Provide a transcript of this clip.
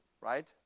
Right